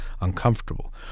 uncomfortable